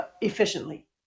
efficiently